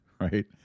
right